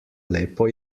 lepo